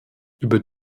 über